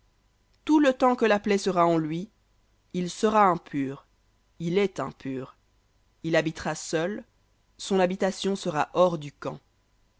tout le temps que la plaie sera en lui il sera impur il est impur il habitera seul son habitation sera hors du camp